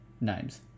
names